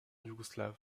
yougoslave